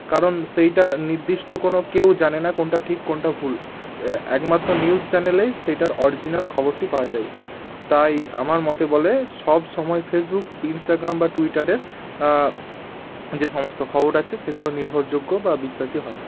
কারণ সেইটা নির্দিষ্ট কোনো কেউ জানে না কোনটা ঠিক কোনটা ভুল একমাত্র নিউজ চ্যানেলেই সেটার অরিজিনাল খবরটি পাওয়া যায় তাই আমার মতে বলে সব সময় ফেসবুক বা ইনস্টাগ্রাম বা টুইটারের যে সমস্ত খবর আছে সেইগুলো নির্ভরযোগ্য বা বিশ্বাসী হয় না